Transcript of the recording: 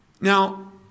Now